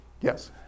Yes